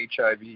HIV